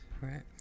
Right